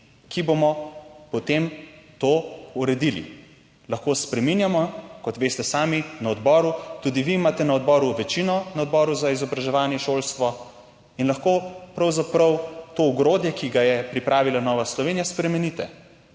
ki bomo potem to uredili. Lahko spreminjamo, kot veste sami, na odboru. Tudi vi imate na odboru večino, na odboru za izobraževanje, šolstvo, in lahko pravzaprav to ogrodje, ki ga je pripravila Nova Slovenija, spremenite.